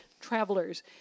travelers